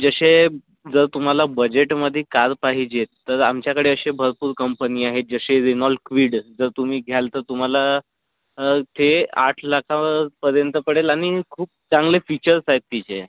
जसे जर तुम्हाला बजेटमध्ये कार पाहिजे तर आमच्याकडे असे भरपूर कंपनी आहे जसे रेनॉल्ड क्विड जर तुम्ही घ्याल तर तुम्हाला ते आठ लाखापर्यंत पडेल आणि खूप चांगले फीचर्स आहेत तिचे